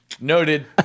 Noted